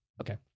Okay